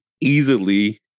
easily